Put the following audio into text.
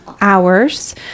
hours